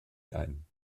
ein